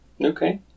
okay